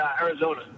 Arizona